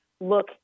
look